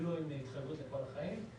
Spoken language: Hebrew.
אפילו עם התחייבות לכל החיים.